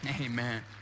Amen